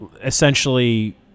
essentially